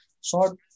short